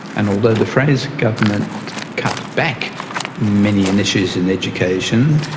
and although the fraser government cut back many initiatives in education,